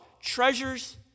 treasures